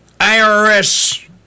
IRS